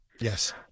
yes